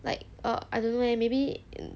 like err I don't know eh maybe in